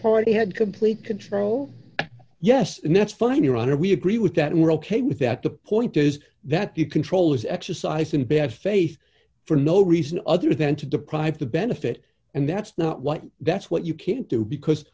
party had complete control yes and that's fine your honor we agree with that and we're ok with that the point is that you control is exercised in bad faith for no reason other than to deprive the benefit and that's not what that's what you can't do because